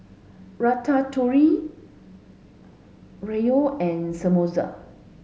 Ratatouille Gyros and Samosa